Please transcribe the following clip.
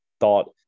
Thought